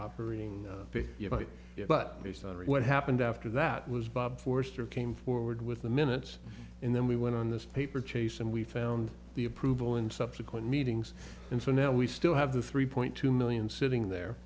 operating but based on what happened after that was bob forster came forward with the minutes and then we went on this paper chase and we found the approval and subsequent meetings and so now we still have the three point two million sitting there